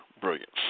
brilliance